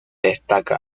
destaca